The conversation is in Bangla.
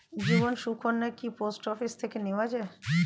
জীবন সুকন্যা কি পোস্ট অফিস থেকে নেওয়া যায়?